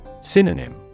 Synonym